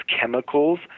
chemicals